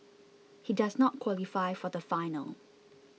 he does not qualify for the final